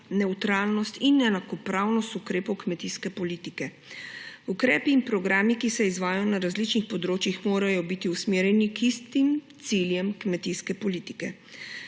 nevtralnost in enakopravnost ukrepov kmetijske politike. Ukrepi in programi, ki se izvajajo na različnih področjih, morajo biti usmerjeni k istim ciljem kmetijske politike.